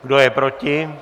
Kdo je proti?